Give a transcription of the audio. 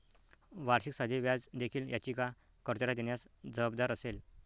वार्षिक साधे व्याज देखील याचिका कर्त्याला देण्यास जबाबदार असेल